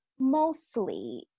mostly